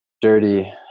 dirty